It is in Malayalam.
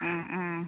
ആ ആ